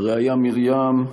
הרעיה מרים,